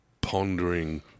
pondering